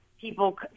people